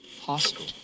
hostile